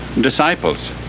disciples